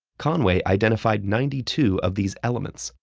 conway identified ninety two of these elements,